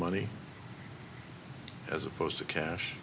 money as opposed to cash